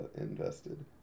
invested